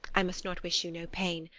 i must not wish you no pain,